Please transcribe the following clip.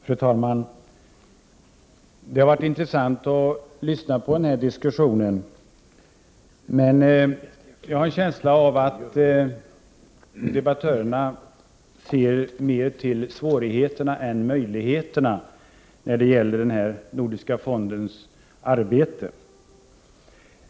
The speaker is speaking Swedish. Fru talman! Det har varit intressant att lyssna på denna diskussion. Men jag har en känsla av att debattörerna ser mer till svårigheterna än till möjligheterna för den nordiska fondens arbete.